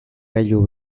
gailu